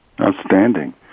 Outstanding